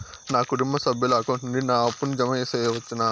నా కుటుంబ సభ్యుల అకౌంట్ నుండి నా అప్పును జామ సెయవచ్చునా?